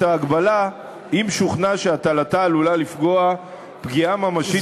ההגבלה אם שוכנע שהטלתה עלולה לפגוע פגיעה ממשית,